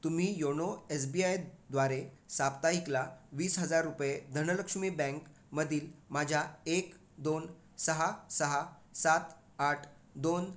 तुम्ही YONO S B आयद्वारे साप्ताहिकला वीस हजार रुपये धनलक्ष्मी बँकमधील माझ्या एक दोन सहा सहा सात आठ दोन